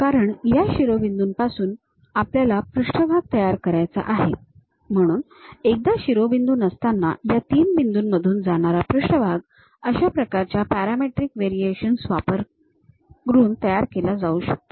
कारण या शिरोबिंदूंपासून आपल्याला पृष्ठभाग तयार करायचा आहे म्हणून एकदा शिरोबिंदू नसताना या तीन बिंदूंमधून जाणारा पृष्ठभाग अशा प्रकारच्या पॅरामीट्रिक व्हेरिएशन्स वापरून तयार केला जाऊ शकतो